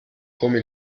come